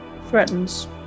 Threatens